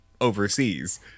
overseas